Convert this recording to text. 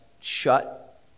shut